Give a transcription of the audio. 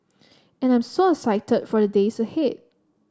and I'm so excited for the days ahead